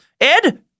Ed